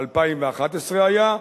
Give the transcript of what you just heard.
ב-2011 היה,